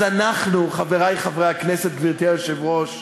אז אנחנו, חברי חברי הכנסת, גברתי היושבת-ראש,